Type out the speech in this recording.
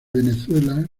venezuela